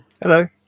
Hello